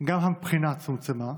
גם הבחינה צומצמה.